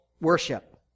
worship